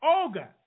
Olga